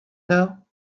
now